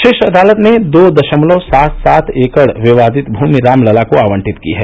शीर्ष अदालत ने दो दशमलव सात सात एकड़ विवादित भूमि राम लला को आवंटित की है